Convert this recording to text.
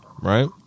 right